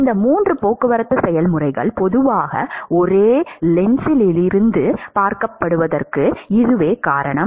இந்த 3 போக்குவரத்து செயல்முறைகள் பொதுவாக ஒரே லென்ஸிலிருந்து பார்க்கப்படுவதற்கு இதுவே காரணம்